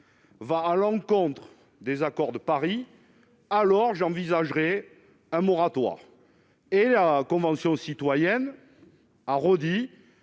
va à l'encontre des accords de Paris alors j'envisagerais un moratoire et la Convention citoyenne a redit